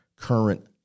current